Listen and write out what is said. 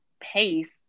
pace